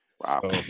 Wow